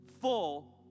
full